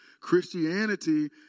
Christianity